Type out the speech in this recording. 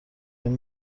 این